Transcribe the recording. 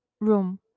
room